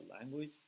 language